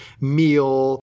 meal